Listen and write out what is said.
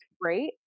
great